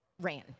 ran